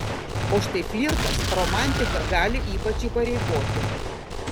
o štai flirtas romantika gali ypač įpareigoti